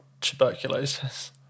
tuberculosis